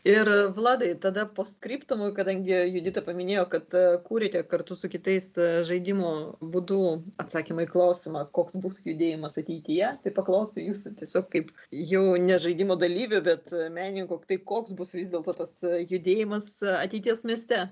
ir vladai tada post skriptum kadangi judita paminėjo kad kūrėte kartu su kitais žaidimo būdu atsakymą į klausimą koks bus judėjimas ateityje tai paklausiu jūsų tiesiog kaip jau ne žaidimo dalyvio bet menininko tai koks bus vis dėlto tas judėjimas ateities mieste